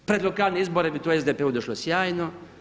Pred lokalne izbore bi to SDP-u došlo sjajno.